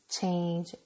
change